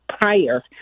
prior